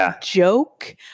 joke